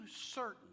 certain